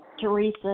Teresa